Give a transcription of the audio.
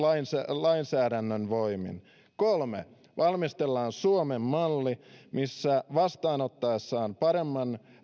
lainsäädännön voimin kolmanneksi valmistellaan suomen malli missä vastaanottaessaan paremman